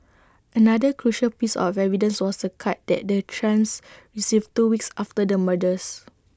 another crucial piece of evidence was A card that the trans received two weeks after the murders